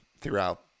throughout